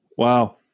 Wow